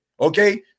Okay